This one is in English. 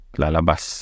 lalabas